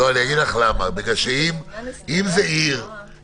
אגיד לך למה, בגלל שאם זאת עיר